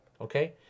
Okay